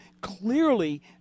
clearly